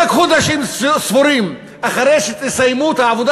רק חודשים ספורים אחרי שתסיימו את העבודה